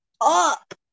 up